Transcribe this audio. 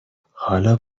حالا